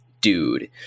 dude